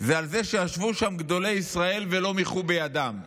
זה על זה שישבו שם גדולי ישראל ולא מיחו בידם.